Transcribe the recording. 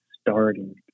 starting